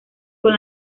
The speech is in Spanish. con